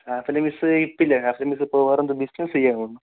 ഹാഫലി miss ഇപ്പോഴില്ലെ ഹാഫലി miss ഇപ്പോൾ വേറെ എന്തോ ബിസിനസ്സ് ചെയ്യുകയാണ് തോന്നുന്നു